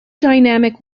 dynamic